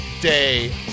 day